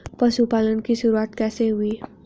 पशुपालन की शुरुआत कैसे हुई?